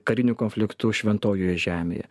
karinių konfliktų šventojoje žemėje